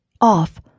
off